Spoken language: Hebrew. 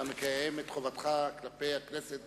אתה מקיים את חובתך כלפי הכנסת